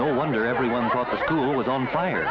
no wonder everyone but the school was on fire